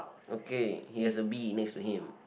okay he has a bee next to him